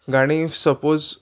गाणी if suppose